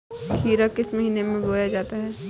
खीरा किस महीने में बोया जाता है?